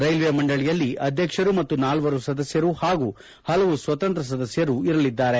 railway ಮಂಡಳಿಯಲ್ಲಿ ಅಧ್ಯಕ್ಷರು ಮತ್ತು ನಾಲ್ವರು ಸದಸ್ಯರು ಹಾಗೂ ಹಲವು ಸ್ವತಂತ್ರ ಸದಸ್ಯರು ಇರಲಿದ್ದಾರೆ